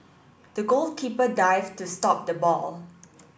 the goalkeeper dived to stop the ball